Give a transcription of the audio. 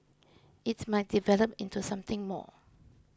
it might develop into something more